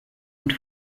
und